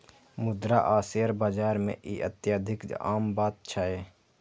मुद्रा आ शेयर बाजार मे ई अत्यधिक आम बात छै